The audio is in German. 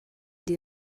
die